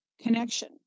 connection